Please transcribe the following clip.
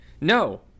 No